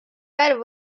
värv